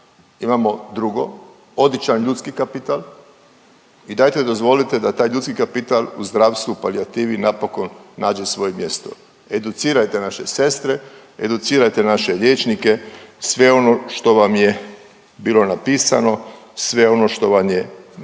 imamo drugo odličan ljudski kapital i dajte dozvolite da taj ljudski kapital u zdravstvu u palijativi napokon nađe svoje mjesto. Educirajte naše sestre, educirajte naše liječnike, sve ono što vam je bilo napisano, sve ono što vam je napravljeno